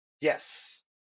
Yes